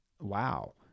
Wow